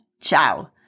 ciao